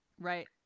Right